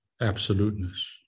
absoluteness